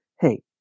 hey